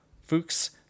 Fuchs